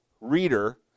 reader